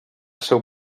seu